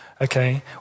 okay